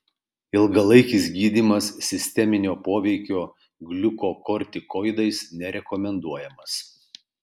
ilgalaikis gydymas sisteminio poveikio gliukokortikoidais nerekomenduojamas